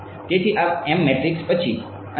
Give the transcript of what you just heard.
તેથી આ m matrix પછી અહીં ગુણાકાર થશે